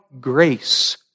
grace